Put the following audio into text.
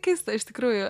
keista iš tikrųjų